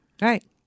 Right